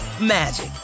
magic